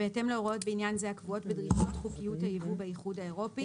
בהתאם להוראות בעניין זה הקבועות בדרישות חוקיות הייבוא באיחוד האירופי,